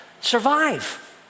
survive